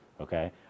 okay